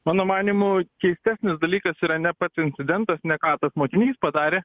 mano manymu keistesnis dalykas yra ne pats insidentas ne ką tas mokinys padarė